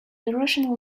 irrational